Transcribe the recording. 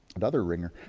another ringer.